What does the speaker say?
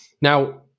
Now